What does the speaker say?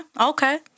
okay